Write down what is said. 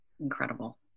Incredible